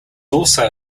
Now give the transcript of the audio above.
also